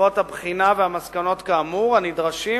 בעקבות הבחינה והמסקנות כאמור, הנדרשים